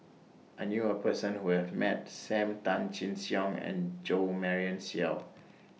I knew A Person Who has Met SAM Tan Chin Siong and Jo Marion Seow